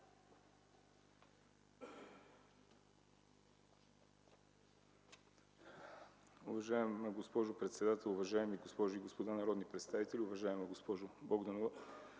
Уважаема госпожо председател, уважаеми дами и господа народни представители, уважаеми господин